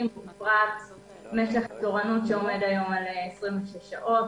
ובפרט משך התורנות שעומד היום על 26 שעות.